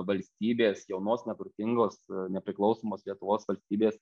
valstybės jaunos neturtingos nepriklausomos lietuvos valstybės